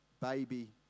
baby